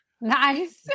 Nice